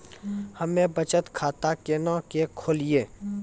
हम्मे बचत खाता केना के खोलियै?